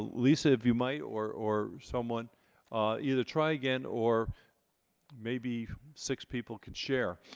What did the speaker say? lisa if you might or or someone either try again or maybe six people can share